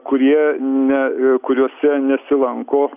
kurie ne kuriuose nesilanko